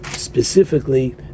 specifically